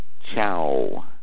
Ciao